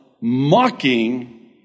mocking